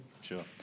Sure